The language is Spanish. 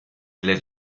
les